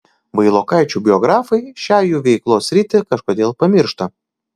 vailokaičių biografai šią jų veiklos sritį kažkodėl pamiršta